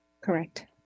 Correct